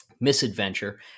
misadventure